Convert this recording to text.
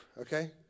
Okay